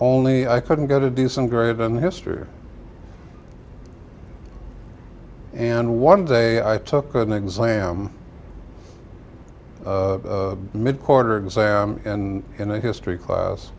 only i couldn't get a decent grade in history and one day i took an exam mid quarter exam and in the history class